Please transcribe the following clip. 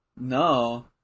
No